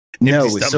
No